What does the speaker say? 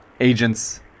agents